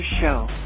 Show